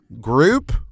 group